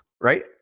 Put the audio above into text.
Right